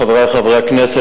חברי חברי הכנסת,